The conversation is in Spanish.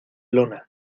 lona